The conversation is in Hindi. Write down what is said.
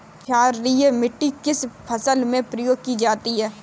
क्षारीय मिट्टी किस फसल में प्रयोग की जाती है?